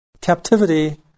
Captivity